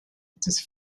into